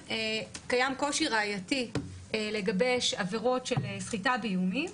קיים קושי ראייתי לגבש עבירות של סחיטה באיומים,